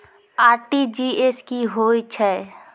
RTGS की होय छै?